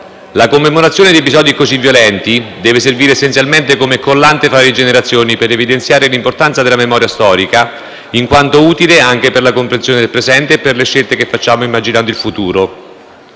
La commemorazione di episodi così violenti deve servire essenzialmente come collante fra le generazioni, per evidenziare l'importanza della memoria storica in quanto utile anche per la comprensione del presente e per le scelte che facciamo immaginando il futuro.